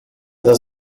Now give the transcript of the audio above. does